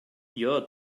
your